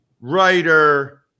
writer